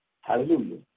Hallelujah